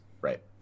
right